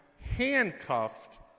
handcuffed